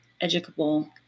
educable